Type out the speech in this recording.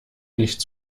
nicht